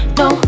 no